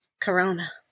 corona